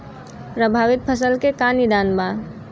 प्रभावित फसल के निदान का बा?